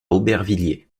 aubervilliers